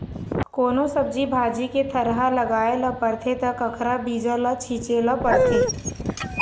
कोनो सब्जी भाजी के थरहा लगाए ल परथे त कखरा बीजा ल छिचे ल परथे